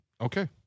okay